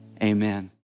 Amen